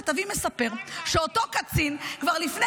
יש לך --- אחד הכתבים מספר שאותו קצין כבר לפני